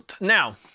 Now